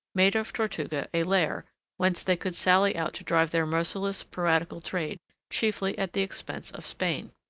made of tortuga a lair whence they could sally out to drive their merciless piratical trade chiefly at the expense of spain.